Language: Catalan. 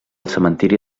cementiri